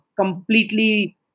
completely